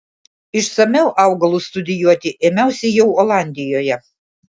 išsamiau augalus studijuoti ėmiausi jau olandijoje